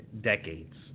decades